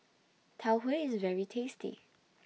Tau Huay IS very tasty